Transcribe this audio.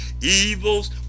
evils